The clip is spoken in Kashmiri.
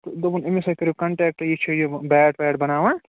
تہٕ دوٚپُن أمِس سۭتۍ کٔرِو کَنٛٹیکٹہٕ یہِ چھُو یہِ بیٹ ویٹ بناوان